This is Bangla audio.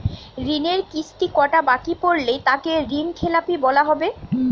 ঋণের কিস্তি কটা বাকি পড়লে তাকে ঋণখেলাপি বলা হবে?